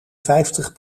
vijftig